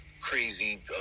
crazy